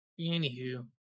Anywho